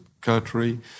country